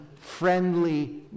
friendly